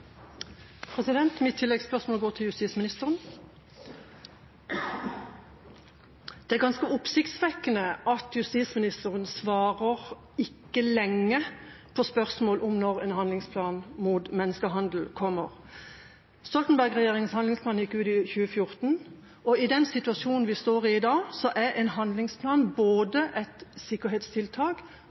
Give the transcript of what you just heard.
ganske oppsiktsvekkende at justisministeren svarer «ikke lenge» på spørsmål om når en handlingsplan mot menneskehandel kommer. Stoltenberg-regjeringens handlingsplan gikk ut i 2014, og i den situasjonen vi står i i dag, er en handlingsplan både et sikkerhetstiltak